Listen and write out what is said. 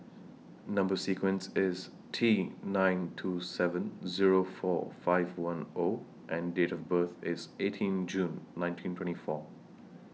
Number sequence IS T nine two seven Zero four five one O and Date of birth IS eighteen June nineteen twenty four